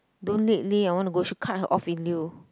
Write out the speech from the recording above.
don't late leh I wanna go should cut her off in lieu